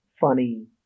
funny